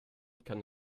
kann